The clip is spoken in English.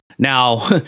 now